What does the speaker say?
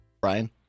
Brian